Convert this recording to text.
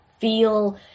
feel